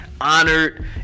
honored